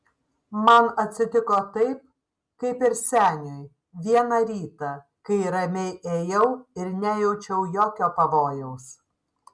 man atsitiko taip kaip ir seniui vieną rytą kai ramiai ėjau ir nejaučiau jokio pavojaus